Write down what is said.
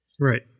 Right